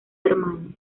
hermanos